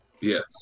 Yes